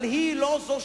אבל לא היא בונה,